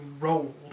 rolled